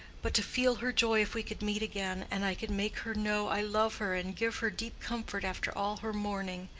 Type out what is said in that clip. but to feel her joy if we could meet again, and i could make her know i love her and give her deep comfort after all her mourning!